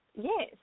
yes